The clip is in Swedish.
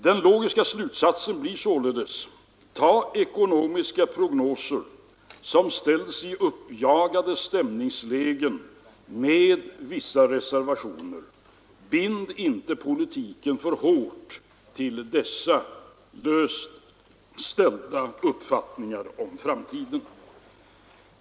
Den logiska slutsatsen blir därför: Ta ekonomiska prognoser som ställs i uppjagade stämningslägen med vissa reservationer! Bind inte politiken för hårt till dessa löst grundade uppfattningar om framtiden!